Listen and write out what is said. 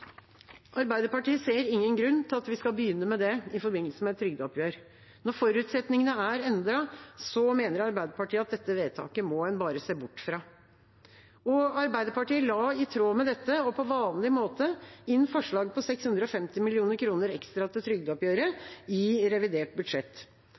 Arbeiderpartiet ser ingen grunn til at vi skal begynne med det i forbindelse med et trygdeoppgjør. Når forutsetningene er endret, mener Arbeiderpartiet at en bare må se bort fra dette vedtaket. Arbeiderpartiet la i tråd med dette og på vanlig måte inn forslag på 650 mill. kr ekstra til